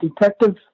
detectives